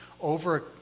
over